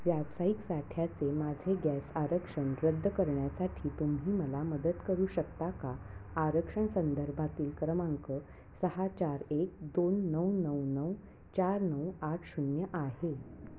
व्यावसायिक साठ्याचे माझे गॅस आरक्षण रद्द करण्यासाठी तुम्ही मला मदत करू शकता का आरक्षण संदर्भातील क्रमांक सहा चार एक दोन नऊ नऊ नऊ चार नऊ आठ शून्य आहे